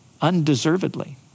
undeservedly